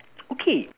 okay